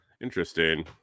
interesting